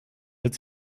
wird